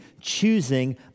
choosing